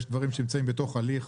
יש דברים שנמצאים בהליך.